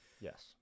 Yes